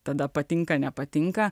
tada patinka nepatinka